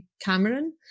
Cameron